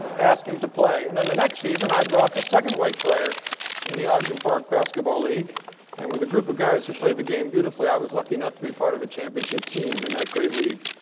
ask him to play. and then, the next season, i brought the second white player in the ogden park basketball league and, with a group of guys who play the game beautifully, i was lucky enough to be part of a championship team in that great league.